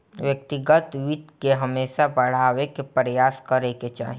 व्यक्तिगत वित्त के हमेशा बढ़ावे के प्रयास करे के चाही